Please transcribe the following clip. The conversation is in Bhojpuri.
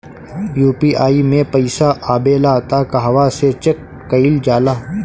यू.पी.आई मे पइसा आबेला त कहवा से चेक कईल जाला?